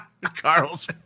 Carl's